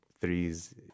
threes